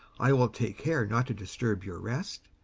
i will take care not to disturb your rest,